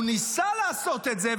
הוא ניסה לעשות את זה,